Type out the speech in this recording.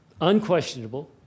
unquestionable